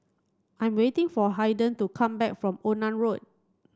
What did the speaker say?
I'm waiting for Haiden to come back from Onan Road